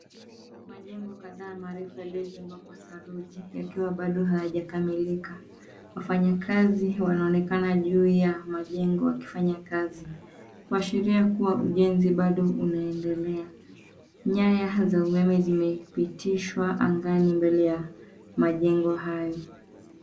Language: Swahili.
Majengo kadhaa marefu yaliyojengwa kwa saruji yakiwa bado hayajakamilika. Wafanyakazi wanaonekana juu ya majengo wakifanya kazi, kuashiria kuwa ujenzi bado unaendelea. Nyaya za umeme zimepitishwa angani mbele ya majengo hayo.